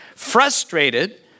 frustrated